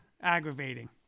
aggravating